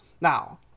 Now